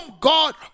God